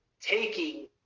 taking